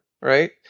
right